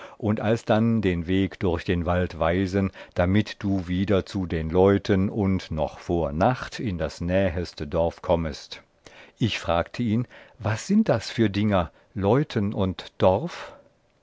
und alsdann den weg durch den wald weisen damit du wieder zu den leuten und noch vor nacht in das näheste dorf kommest ich fragte ihn was sind das für dinger leuten und dorf